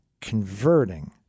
converting